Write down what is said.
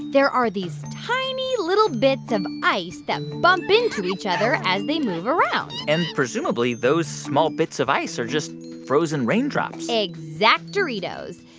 there are these tiny little bits of ice that bump into each other as they move around and presumably, those small bits of ice are just frozen raindrops exacdoritos.